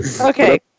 okay